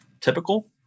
typical